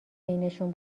بینشون